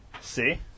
See